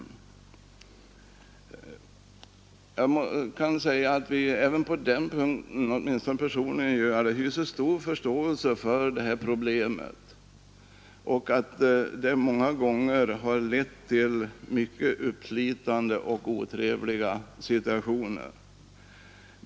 Jag kan säga att vi även på den punkten — åtminstone gör jag det personligen — hyser stor förståelse för problemet och vet att det många gånger har uppstått uppslitande och otrevliga situationer.